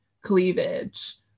cleavage